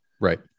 Right